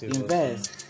invest